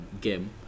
game